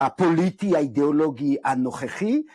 הפוליטי האידיאולוגי הנוכחי.